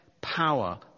power